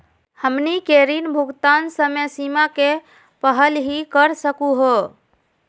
हमनी के ऋण भुगतान समय सीमा के पहलही कर सकू हो?